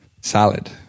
Salad